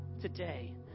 today